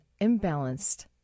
imbalanced